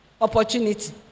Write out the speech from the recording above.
opportunity